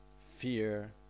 fear